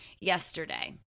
yesterday